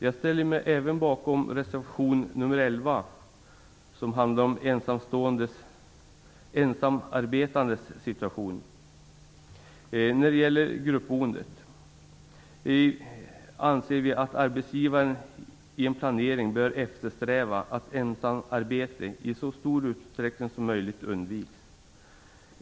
Jag ställer mig även bakom reservation 11 om ensamarbetandes situation. När det gäller gruppboendet anser vi att arbetsgivaren i sin planering bör eftersträva att ensamarbete i så stor utsträckning som möjligt undviks.